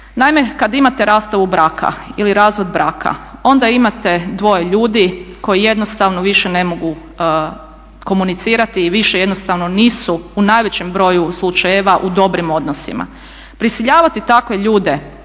Naime, kad imate rastavu braka ili razvod braka onda imate dvoje ljudi koji jednostavno više ne mogu komunicirati i više jednostavno nisu u najvećem broju slučajeva u dobrim odnosima. Prisiljavati takve ljude